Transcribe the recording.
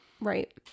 right